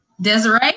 Desiree